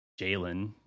Jalen